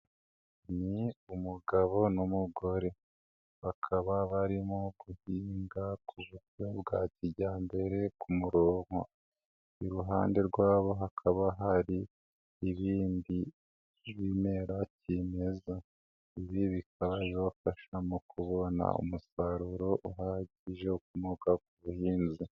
Ni umugabo n'umugore, bakaba barimo guhinga ku buryo bwa kijyambere ku muronko, iruhande rwabo hakaba hari ibindi bimera kimeza, ibi bikazafasha mu kubona umusaruro uhagije ukomoka ku buhinzi.